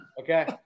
okay